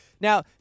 Now